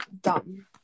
dumb